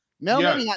no